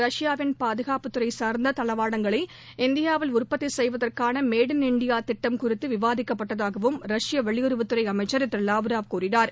ரஷ்யாவின் பாதுகாப்புத் துறை சார்ந்த தடவாடங்களை இந்தியாவில் உற்பத்தி செய்வதற்கான மேட் இன் இந்தியா திட்டம் குறித்து விவாதிக்கப்பட்டதாகவும் ரஷ்ய வெளியுறவுத் துறை அமைச்சர் திரு லாவராவ் கூறினார்